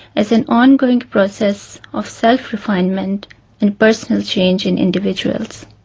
as an ongoing process of self-refinement and personal change in individuals.